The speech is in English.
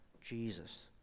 Jesus